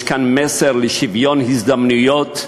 יש כאן מסר של שוויון הזדמנויות: